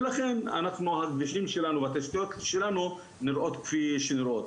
ולכן הכבישים שלנו והתשתיות שלנו נראות כפי שנראות.